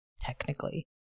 technically